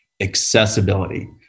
accessibility